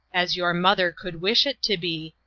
as your mother could wish it to be,